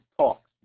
talks